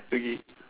okay